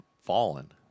fallen